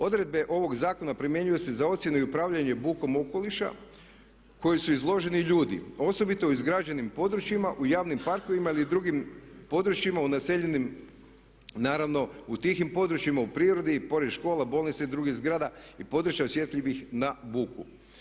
Odredbe ovog zakona primjenjuju se za ocjenu i upravljanje bukom okoliša koji su izloženi ljudi a osobito u izgrađenim područjima, u javnim parkovima ili drugim područjima u naseljenim naravno, u tihim područjima, u prirodi, pored škola, bolnica i drugih zgrada i područja osjetljivih na buku.